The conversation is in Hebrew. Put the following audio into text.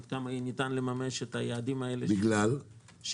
עד כמה ניתן לממש את היעדים האלה שנקבעו,